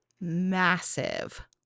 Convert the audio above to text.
massive